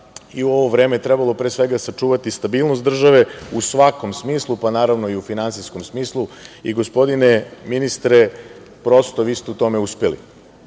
je u ovo vreme trebalo pre svega sačuvati stabilnost države u svakom smislu, pa naravno i u finansijskom smislu. Gospodine ministre, prosto vi ste u tome uspeli.